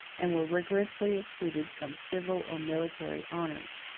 and were rigorously excluded from civil or military honors.